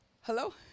Hello